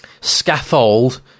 scaffold